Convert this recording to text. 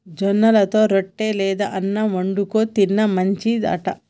జొన్నలతో రొట్టె లేదా అన్నం వండుకు తిన్న మంచిది అంట